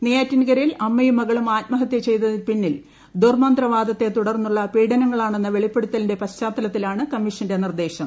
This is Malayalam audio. നെയ്യാറ്റിൻകരയിൽ അമ്മയും മകളും ആത്മഹത്യ ചെയ്തതിന് പിന്നിൽ ദുർമന്ത്രവാദത്തെ തുടർന്നുള്ള പീഡനങ്ങളാണെന്ന വെളിപ്പെടുത്തലിന്റെ പശ്ചാത്തലത്തിലാണ് കമ്മീഷന്റെ നിർദേശം